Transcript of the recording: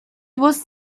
was